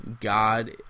God